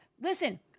Listen